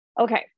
Okay